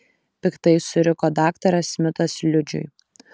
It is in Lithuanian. piktai suriko daktaras smitas liudžiui